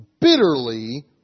bitterly